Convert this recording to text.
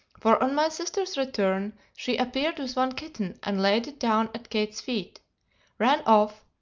for on my sister's return, she appeared with one kitten and laid it down at kate's feet ran off,